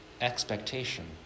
expectation